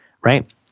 Right